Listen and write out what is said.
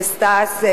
לסטס,